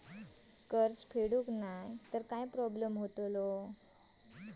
कर्ज फेडूक नाय तर काय प्रोब्लेम जाता?